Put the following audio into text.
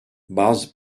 bazı